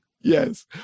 Yes